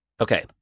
Okay